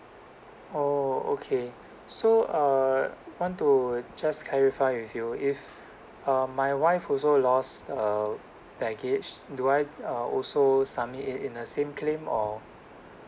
oh okay so uh want to just clarify with you if uh my wife also lost uh baggage do I uh also submit it in a same claim or